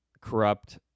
corrupt